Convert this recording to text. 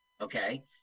okay